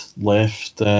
left